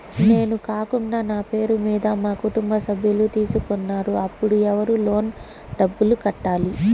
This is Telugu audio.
నేను కాకుండా నా పేరు మీద మా కుటుంబ సభ్యులు తీసుకున్నారు అప్పుడు ఎవరు లోన్ డబ్బులు కట్టాలి?